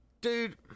dude